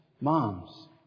Moms